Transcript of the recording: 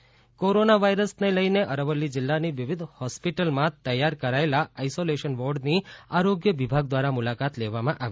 Aravalli corona virus corona વાઈરસને લઇને અરવલ્લી જિલ્લાની વિવિધ હોસ્પિટલમાં તૈયાર કરાયેલા ઓઈસોલેશન વોર્ડની આરોગ્ય વિભાગ દ્વારા મુલાકાત લેવામાં આવી